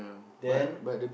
then